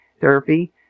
therapy